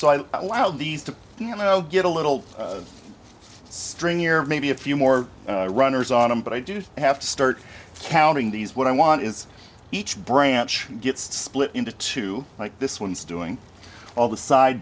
allowed these to you know get a little string year maybe a few more runners on them but i do have to start counting these what i want is each branch gets split into two like this one's doing all the side